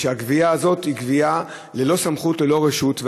מפני שהגבייה הזאת היא גבייה ללא סמכות וללא רשות.